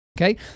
Okay